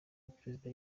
perezida